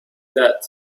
that